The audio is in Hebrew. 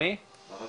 ברק